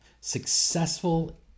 Successful